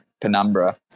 Penumbra